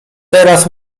teraz